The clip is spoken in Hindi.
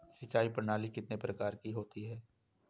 सिंचाई प्रणाली कितने प्रकार की होती है?